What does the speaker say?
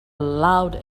loud